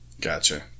Gotcha